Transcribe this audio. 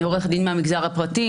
אני עורכת דין מהמגזר הפרטי,